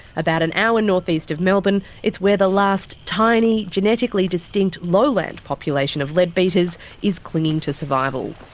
about an hour north east of melbourne, it's where the last tiny, genetically distinct, lowland population of leadbeater's is clinging to survival.